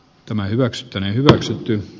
tämä hyväksyttäneen hyväksytty